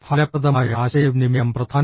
ഫലപ്രദമായ ആശയവിനിമയം പ്രധാനമാണ്